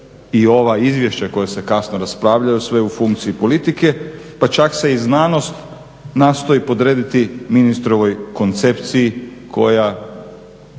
i ova izvješća koja se kasno raspravljaju sve u funkciji politike pa čak se i znanost nastoji podrediti ministrovoj koncepciji koja